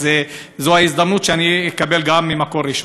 אז זו ההזדמנות שאני אקבל גם ממקור ראשון.